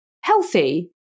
healthy